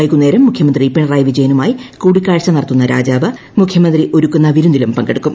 വൈകുന്നേരം മുഖ്യമന്ത്രി പിണറായി വിജയനുമായി കൂടിക്കാഴ്ച നടത്തുന്ന രാജാവ് മുഖ്യമന്ത്രി ഒരുക്കുന്ന വിരുന്നിലും പങ്കെടുക്കും